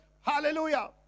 Hallelujah